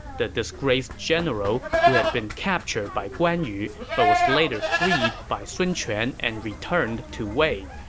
the disgraced general who had been captured by guan yu but was later freed by sun quan and returned to wei.